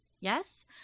Yes